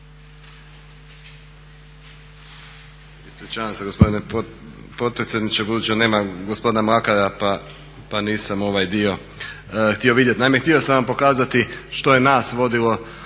ispričavam se gospodine potpredsjedniče, budući da nema gospodina Mlakara pa nisam ovaj dio htio vidjeti.